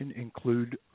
include